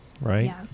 right